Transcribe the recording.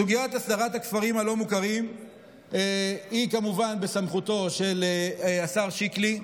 סוגיית הסדרת הכפרים הלא-מוכרים היא כמובן בסמכותו של השר שיקלי.